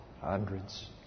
hundreds